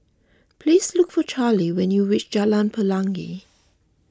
please look for Charley when you reach Jalan Pelangi